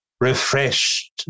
refreshed